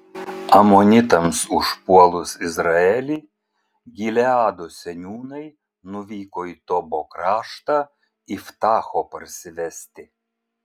amonitams užpuolus izraelį gileado seniūnai nuvyko į tobo kraštą iftacho parsivesti